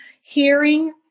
hearing